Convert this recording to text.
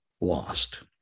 lost